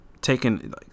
taking